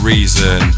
Reason